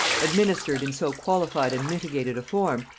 administered in so qualified and mitigated a form,